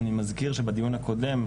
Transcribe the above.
אני מזכיר שבדיון הקודם,